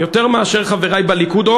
יותר מאשר חברי בליכוד,